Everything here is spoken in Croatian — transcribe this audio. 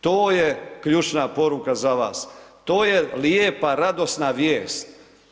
To je ključna poruka za vas, to je lijepa, radosna vijest.